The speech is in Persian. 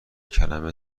کلمه